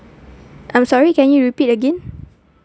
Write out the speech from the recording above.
I'm sorry can you repeat again